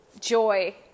Joy